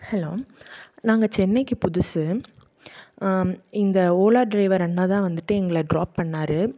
hello நாங்கள் சென்னைக்கு புதுசு இந்த ஓலா டிரைவர் அண்ணா தான் வந்துட்டு எங்களை டிராப் பண்ணிணாரு